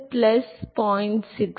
plus 0